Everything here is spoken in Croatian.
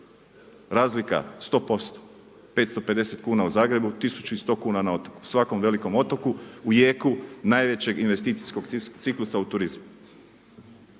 Razlika 100%. 550 kuna u Zagrebu, 1100 kuna na otoku, svakom velikom otoku u jeku najvećeg investicijskog ciklusa u turizmu.